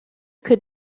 que